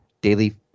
daily